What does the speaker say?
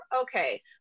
okay